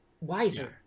wiser